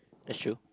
that's true